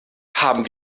haben